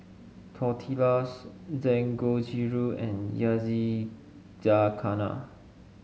Tortillas Dangojiru and Yakizakana